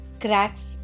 Cracks